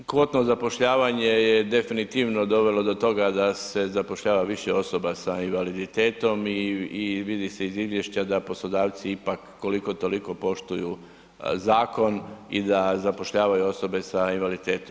Kvotno zapošljavanje je definitivno dovelo do toga da se zapošljava više osoba s invaliditetom i vidi se iz izvješća da poslodavci ipak koliko toliko poštuju zakon i da zapošljavaju osobe s invaliditetom.